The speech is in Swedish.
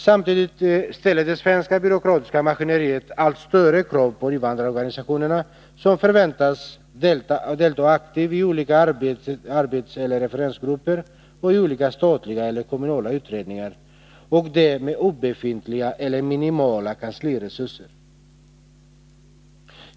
Samtidigt ställer det svenska byråkratiska maskineriet allt större krav på invandrarorganisationerna, som förväntas delta aktivt i olika arbetseller referensgrupper och i olika statliga eller kommunala utredningar och det med obefintliga eller minimala kansliresurser.